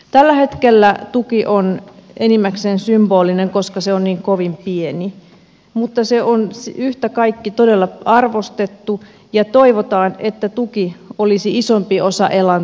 tällä hetkellä tuki on enimmäkseen symbolinen koska se on niin kovin pieni mutta se on yhtä kaikki todella arvostettu ja toivotaan että tuki olisi isompi osa elantoa